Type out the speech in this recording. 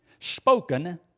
spoken